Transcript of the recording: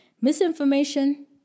Misinformation